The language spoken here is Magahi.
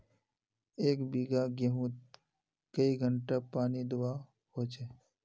एक बिगहा गेँहूत कई घंटा पानी दुबा होचए?